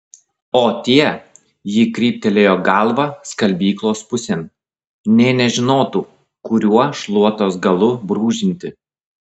o tie ji kryptelėjo galva skalbyklos pusėn nė nežinotų kuriuo šluotos galu brūžinti